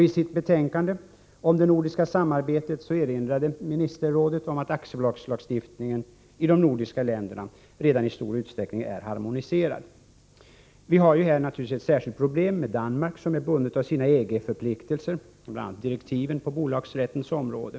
I sitt betänkande om det nordiska samarbetet erinrade ministerrådet om att aktiebolagslagstiftningen i de nordiska länderna redan i stor utsträckning är harmoniserad. Vi har här naturligtvis ett särskilt problem med Danmark, som är bundet av sina EG-förpliktelser. Det gäller bl.a. direktiven på bolagsrättens område.